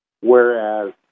whereas